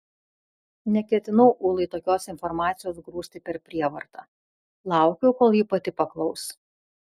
neketinau ulai tokios informacijos grūsti per prievartą laukiau kol ji pati paklaus